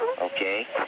Okay